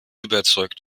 überzeugt